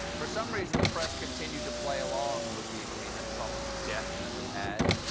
for some reason, the press continued to play along with the agreement trump definitely had.